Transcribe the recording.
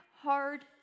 hard